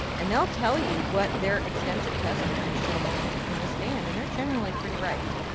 and they'll tell you what their extensive testing has shown their paint can withstand, and they're generally pretty right.